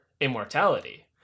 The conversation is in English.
immortality